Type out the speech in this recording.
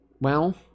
Well